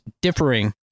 differing